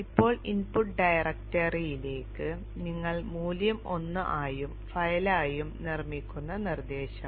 ഇപ്പോൾ ഇൻപുട്ട് ഡയറക്ടറിയിലേക്ക് നിങ്ങൾ മൂല്യം 1 ആയും ഫയലായും നിർമ്മിക്കുന്ന നിർദ്ദേശം